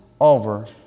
over